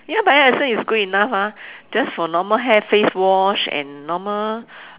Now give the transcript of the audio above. ya Bio Essence is good enough ah just for normal hair face wash and normal